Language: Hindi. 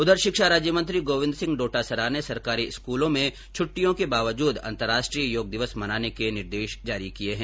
उधर शिक्षा राज्यमंत्री गोविंद सिंह डोटासरा ने सरकारी स्कूलों में छुट्टियों के बावजूद अंतर्राष्ट्रीय योग दिवस मनाने के निर्देश जारी किए है